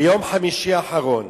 ביום חמישי האחרון